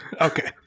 okay